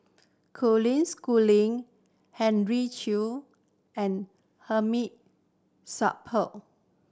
Colin Schooling Henry Chia and Hamid Supaat